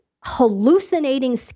hallucinating